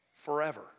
Forever